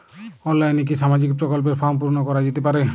অনলাইনে কি সামাজিক প্রকল্পর ফর্ম পূর্ন করা যেতে পারে?